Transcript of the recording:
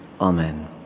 Amen